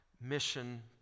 mission